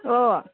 ꯑꯣ